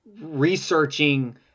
researching